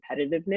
competitiveness